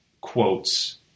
quotes